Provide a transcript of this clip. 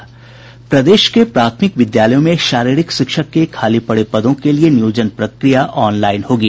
प्रदेश के प्राथमिक विद्यालयों में शारीरिक शिक्षक के खाली पड़े पदों के लिए नियोजन प्रक्रिया ऑनलाईन होगी